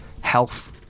health